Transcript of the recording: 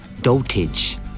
dotage